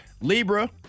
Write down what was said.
Libra